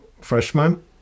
freshman